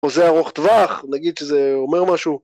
‫חוזה ארוך טווח, ‫נגיד שזה אומר משהו.